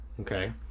okay